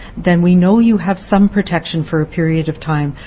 then we know you have some protection for a period of time,